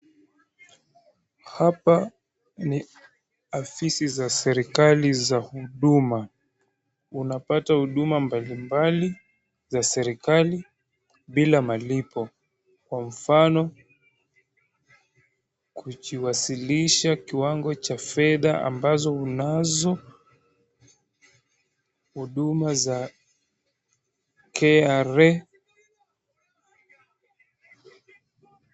Hapa ni ofisi za serikali za huduma. Unapata huduma mbalimbali za serikali bila malipo, kwa mfano, kujiwasilisha kiwango cha fedha ambazo unazo, huduma za KRA.